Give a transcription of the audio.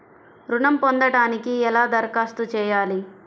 ఋణం పొందటానికి ఎలా దరఖాస్తు చేయాలి?